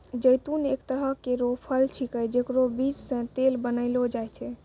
जैतून एक तरह केरो फल छिकै जेकरो बीज सें तेल बनैलो जाय छै